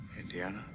Indiana